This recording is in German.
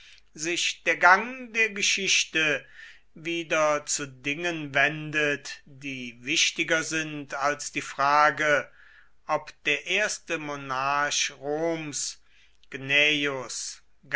sich der gang der geschichte wieder zu dingen wendet die wichtiger sind als die frage ob der erste monarch roms